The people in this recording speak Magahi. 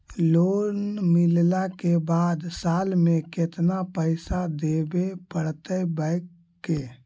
लोन मिलला के बाद साल में केतना पैसा देबे पड़तै बैक के?